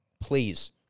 Please